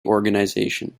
organization